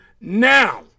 now